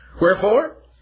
Wherefore